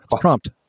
Prompt